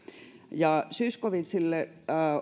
edustaja zyskowiczille